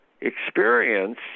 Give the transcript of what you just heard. experience